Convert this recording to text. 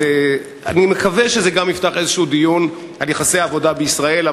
אני מקווה שזה גם יפתח איזה דיון על יחסי העבודה בישראל,